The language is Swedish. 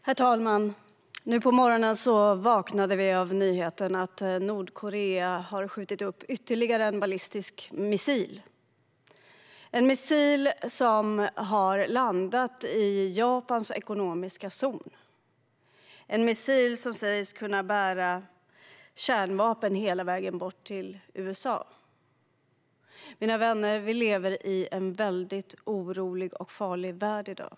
Herr talman! Nu på morgonen vaknade vi till nyheten att Nordkorea har skjutit upp ytterligare en ballistisk missil - en missil som landade i Japans ekonomiska zon och som sägs kunna bära kärnvapen hela vägen bort till USA. Mina vänner! Vi lever i en väldigt orolig och farlig värld i dag.